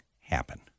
happen